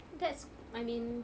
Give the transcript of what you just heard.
that's I mean